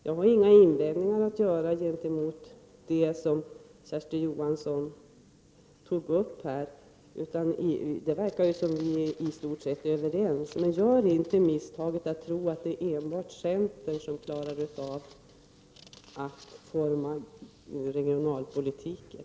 Jag har inga invändningar att göra gentemot det som Kersti Johansson tog upp här. Det verkar som om vi i stort är överens. Men gör inte misstaget att tro att enbart centern klarar av att forma regionalpolitiken!